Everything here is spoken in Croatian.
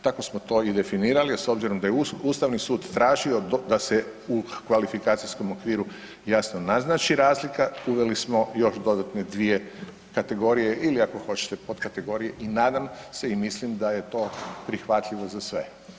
Tako smo to i definirali, a s obzirom da je Ustavni sud tražio da se u kvalifikacijskom okviru jasno naznači razlika, uveli smo još dodatne dvije kategorije, ili ako hoćete, potkategorije i nadam se i mislim da je to prihvatljivo za sve.